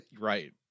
right